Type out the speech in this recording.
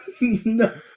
No